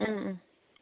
ꯎꯝ ꯎꯝ